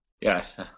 Yes